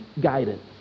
guidance